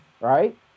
right